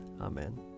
Amen